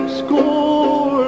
school